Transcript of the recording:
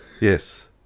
Yes